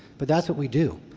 but that's what we do,